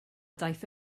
daeth